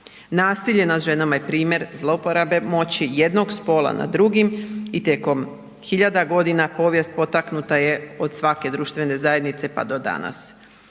Nasilje nad ženama je primjer zlouporabe moći jednog spola nad drugim i tijekom hiljada godina povijest potaknuta je od svake društvene zajednice pa do danas.